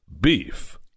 beef